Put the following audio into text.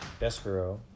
Despero